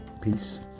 Peace